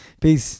peace